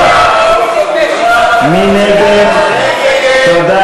סעיף 51, דיור ממשלתי, לשנת הכספים 2013, נתקבל.